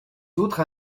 autres